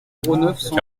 quarante